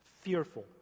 fearful